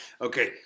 Okay